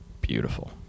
beautiful